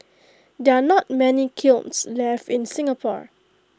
there are not many kilns left in Singapore